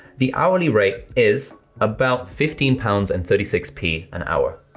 the hourly rate is about fifteen pounds and thirty six p an hour.